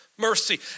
Mercy